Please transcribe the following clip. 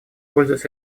пользуясь